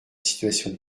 situation